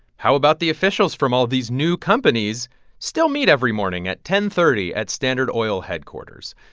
how about the officials from all of these new companies still meet every morning at ten thirty at standard oil headquarters?